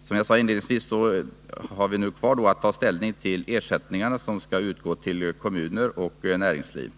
Som jag sade inledningsvis kvarstår nu för riksdagen att ta ställning till frågan om de ersättningar som skall utgå till kommuner och näringsliv.